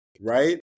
Right